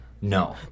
No